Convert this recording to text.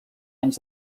anys